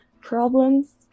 problems